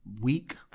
week